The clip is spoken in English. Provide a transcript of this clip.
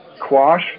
quash